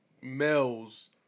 males